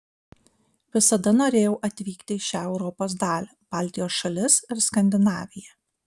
visada norėjau atvykti į šią europos dalį baltijos šalis ir skandinaviją